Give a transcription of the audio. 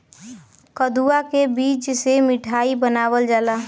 कदुआ के बीज से मिठाई बनावल जाला